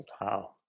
wow